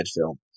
film